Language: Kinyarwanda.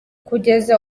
kugeza